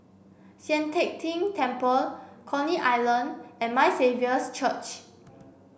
Sian Teck Tng Temple Coney Island and My Saviour's Church